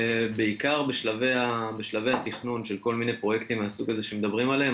בעיקר בשלבי התכנון של כל מיני פרויקטים מהסוג הזה שמדברים עליהם.